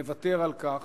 נוותר על כך,